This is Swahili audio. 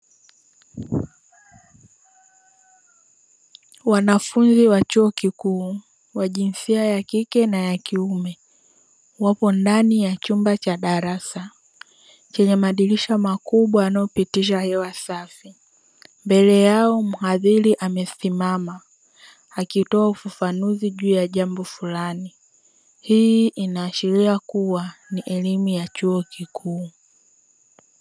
Wanafunzi wa chuo kikuu wa jinsia ya kike na ya kiume wapo ndani ya chumba cha darasa chenye madirisha makubwa yanayopitisha hewa safi, mbele yao mhadhiri amesimama akitoa ufafanuzi juu ya jambo fulani.